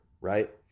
right